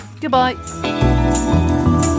Goodbye